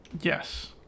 Yes